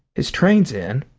his train's in.